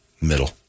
Middle